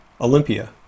Olympia